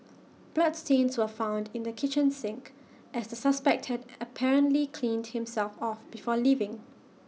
bloodstains were found in the kitchen sink as the suspect had apparently cleaned himself off before leaving